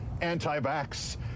anti-vax